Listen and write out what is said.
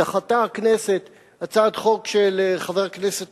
היום דחתה הכנסת הצעת חוק של חבר הכנסת